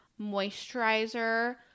moisturizer